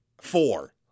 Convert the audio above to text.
four